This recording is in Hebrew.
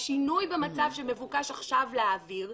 השינוי במצב שמבוקש עכשיו להעביר,